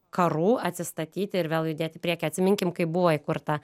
karų atsistatyti ir vėl judėt į priekį atsiminkim kaip buvo įkurta